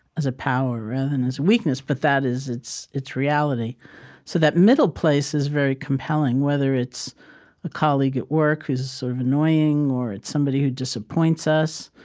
as a power rather than as a weakness. but that is its its reality so that middle place is very compelling, whether it's a colleague at work who's sort of annoying or it's somebody who disappoints us